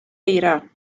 eira